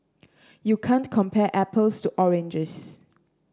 you can't compare apples to oranges